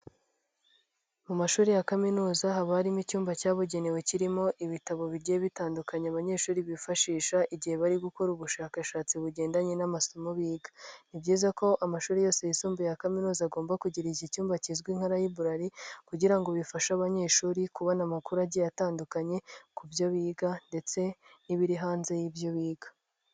Mu mashuri ya kaminuza haba harimo icyumba cyabugenewe kirimo ibitabo bigiye bitandukanyekanya abanyeshuri bifashisha igihe bari gukora ubushakashatsi bugendanye n'amasomo biga. Ni byiza ko amashuri yose yisumbuye ya kaminuza agomba kugira iki cyumba kizwi nka rayiburari kugira ngo bifashe abanyeshuri kubona amakuru agiye atandukanye ku byo biga ndetse n'ibiri hanze y'ibyo biga.